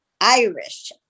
Irish